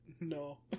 No